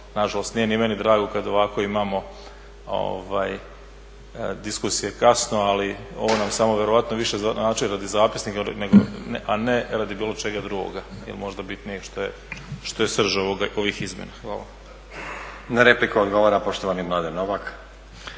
nažalost nije ni meni drago kad a ovako imamo diskusije kasno, ali ovo nam samo vjerojatno više znači radi zapisnika, a ne radi bilo čega drugoga jel možda bi … što je srž ovih izmjena. Hvala. **Stazić, Nenad (SDP)** Odgovor na repliku poštovani Mladen Novak.